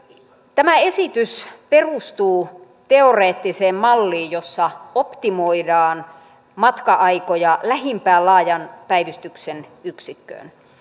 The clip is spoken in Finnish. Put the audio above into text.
tämä esitys perustuu teoreettiseen malliin jossa optimoidaan matka aikoja lähimpään laajan päivystyksen yksikköön